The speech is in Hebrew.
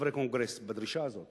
וחברי קונגרס, בדרישה הזו